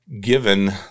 given